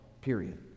period